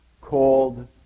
called